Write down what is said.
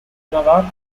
navate